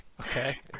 Okay